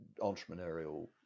entrepreneurial